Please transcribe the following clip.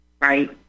right